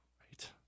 right